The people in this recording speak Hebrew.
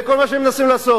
זה כל מה שהם מנסים לעשות.